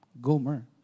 Gomer